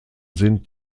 sind